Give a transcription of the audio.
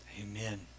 amen